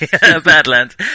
Badlands